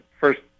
First